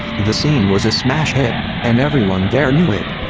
the scene was a smash hit, and everyone there knew it.